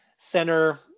center